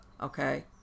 okay